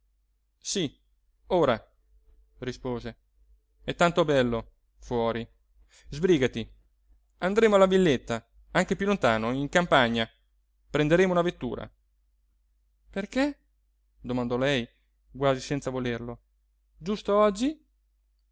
sí ora rispose è tanto bello fuori sbrígati andremo alla villetta anche piú lontano in campagna prenderemo una vettura perché domandò lei quasi senza volerlo giusto oggi